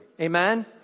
Amen